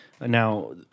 Now